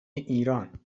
ایران